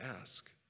ask